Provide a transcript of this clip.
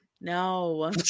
No